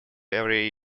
every